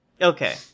Okay